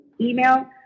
email